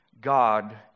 God